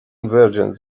versions